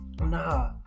Nah